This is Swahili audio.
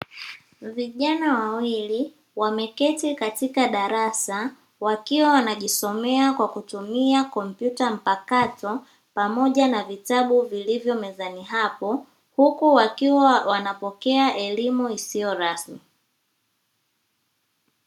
Vijana wawili wameketi katika darasa wakiwa wanajisomea kwa kutumia kompyuta mpakato pamoja na vitabu vilivyomezani hapo, huku wakiwa wanapokea elimu isiyo rasmi.